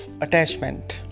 attachment